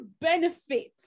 benefit